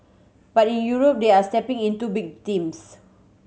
but in Europe they are stepping into big teams